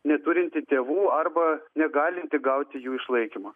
neturintį tėvų arba negalintį gauti jų išlaikymo